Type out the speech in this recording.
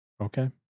Okay